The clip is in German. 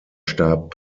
starb